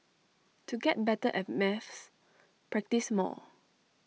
to get better at maths practise more